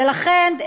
ולכן,